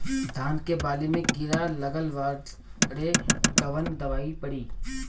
धान के बाली में कीड़ा लगल बाड़े कवन दवाई पड़ी?